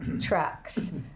tracks